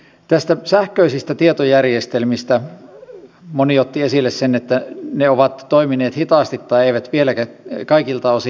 näistä sähköisistä tietojärjestelmistä moni otti esille sen että ne ovat toimineet hitaasti tai eivät vieläkään kaikilta osin